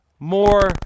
more